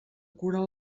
curen